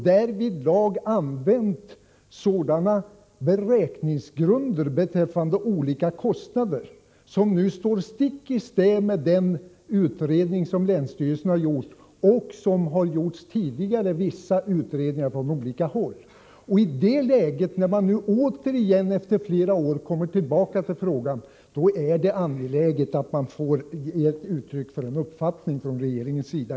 Därvidlag har transportrådet använt beräkningsgrunder beträffande olika kostnader som lett fram till resultat som går stick i stäv mot uppgifterna i den utredning som länsstyrelsen gjort och i vissa tidigare utredningar från olika håll. När transportrådet nu återigen, efter flera år, kommer tillbaka till frågan är det angeläget att vi får ett uttryck för regeringens uppfattning. Jag vidhåller detta.